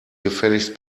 gefälligst